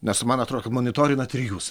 nes man atrodo kad monitorinat ir jūs